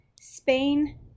spain